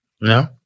No